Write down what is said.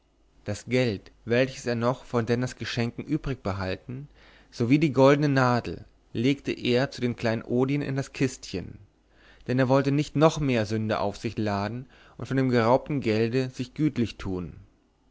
das geld welches er noch von denners geschenken übrig behalten sowie die goldene nadel legte er zu den kleinodien in das kistchen denn er wollte nicht noch mehr sünde auf sich laden und von geraubtem gelde sich gütlich tun